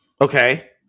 Okay